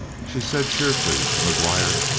she said cheerfully to mcguire.